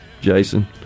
Jason